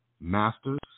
Masters